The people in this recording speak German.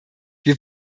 wir